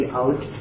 out